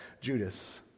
Judas